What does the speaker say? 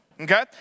Okay